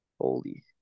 Holy